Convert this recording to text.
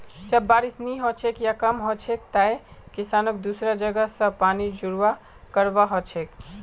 जब बारिश नी हछेक या कम हछेक तंए किसानक दुसरा जगह स पानीर जुगाड़ करवा हछेक